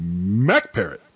macparrot